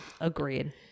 agreed